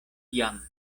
jam